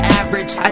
average